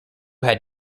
had